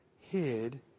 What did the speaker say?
hid